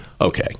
okay